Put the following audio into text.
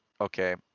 Okay